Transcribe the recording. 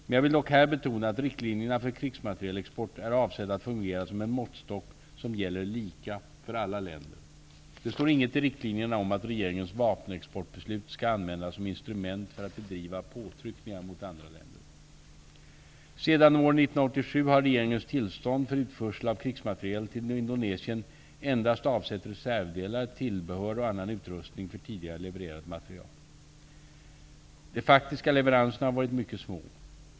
Men jag vill dock här betona att riktlinjerna för krigsmaterielexport är avsedda att fungera som en måttstock som gäller för alla länder. Det står inget i riktlinjerna om att regeringens vapenexportbeslut skall användas som instrument för att bedriva påtryckningar mot andra länder. Sedan år 1987 har regeringens tillstånd för utförsel av krigsmateriel till Indonesien endast avsett reservdelar, tillbehör och annan utrustning till tidigare levererad materiel. De faktiska leveranserna har varit mycket små.